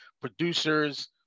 producers